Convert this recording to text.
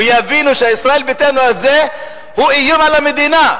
ויבינו שישראל ביתנו הזאת היא איום על המדינה.